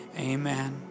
Amen